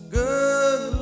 good